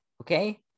Okay